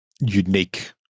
unique